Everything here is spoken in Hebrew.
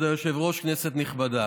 כבוד היושב-ראש, כנסת נכבדה,